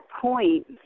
point